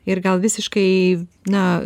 ir gal visiškai na